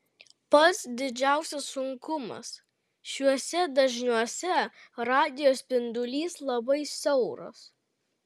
pats didžiausias sunkumas šiuose dažniuose radijo spindulys labai siauras